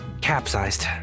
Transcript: capsized